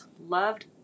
loved